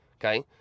Okay